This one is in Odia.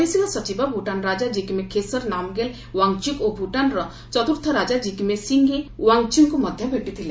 ବୈଦେଶିକ ସଚିବ ଭୁଟାନ୍ ରାଜା ଜିଗ୍ମେ ଖେସର୍ ନାମ୍ଗେଲ୍ ୱାଙ୍ଗ୍ଚୁକ୍ ଓ ଭୁଟାନ୍ର ଚତୁର୍ଥ ରାଜା ଜିଗ୍ମେ ସିଙ୍ଗେ ଓ୍ୱାଙ୍ଗ୍ଚୁକ୍ଙ୍କୁ ମଧ୍ୟ ଭେଟିଥିଲେ